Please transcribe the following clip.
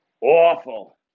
awful